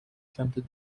سمتت